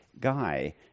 guy